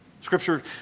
Scripture